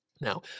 Now